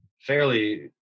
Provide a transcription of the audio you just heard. fairly